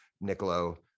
Niccolo